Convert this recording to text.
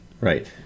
Right